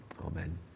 Amen